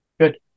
Good